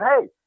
hey